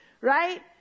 right